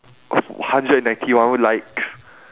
oh hundred and ninety one likes